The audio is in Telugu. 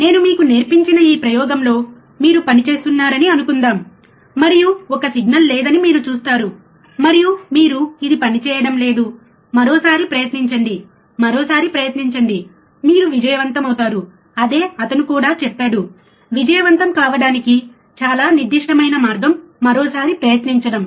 నేను మీకు నేర్పించిన ఈ ప్రయోగంలో మీరు పని చేస్తున్నారని అనుకుందాం మరియు ఒక్క సిగ్నల్ లేదని మీరు చూస్తారు మరియు మీరు ఓహ్ ఇది పనిచేయడం లేదు మరోసారి ప్రయత్నించండి మరోసారి ప్రయత్నించండి మీరు విజయవంతమవుతారు అదే అతను కూడా చెప్పాడు విజయవంతం కావడానికి చాలా నిర్దిష్టమైన మార్గం మరోసారి ప్రయత్నించడం